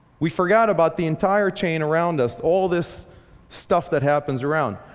we forgot about the entire chain around us. all this stuff that happens around.